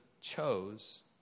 chose